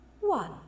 one